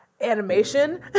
animation